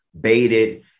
baited